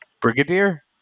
Brigadier